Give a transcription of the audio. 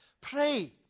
Pray